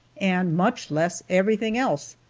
and much less everything else,